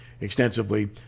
extensively